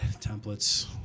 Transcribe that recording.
templates